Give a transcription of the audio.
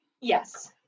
Yes